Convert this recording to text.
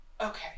Okay